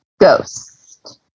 Ghost